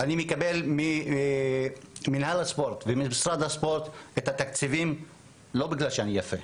אני מקבל ממינהל הספורט וממשרד הספורט את התקציבים לא בגלל שאני יפה,